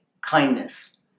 kindness